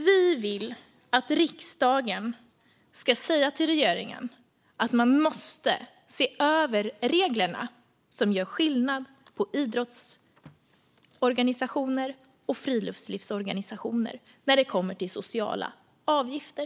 Vi vill att riksdagen ska säga till regeringen att man måste se över reglerna som gör skillnad på idrottsorganisationer och friluftslivsorganisationer när det kommer till sociala avgifter.